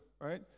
right